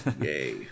Yay